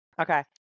Okay